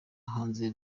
hanze